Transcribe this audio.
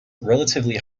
relatively